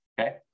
Okay